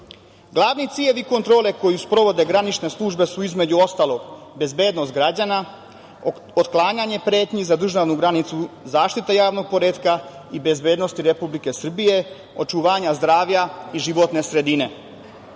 cilj ili kontrole koje sprovode granične službe su, između ostalog bezbednost građana, otklanjanje pretnji za državnu granicu, zaštita javnog poretka i bezbednosti Republike Srbije, očuvanja zdravlja i životne